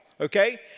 Okay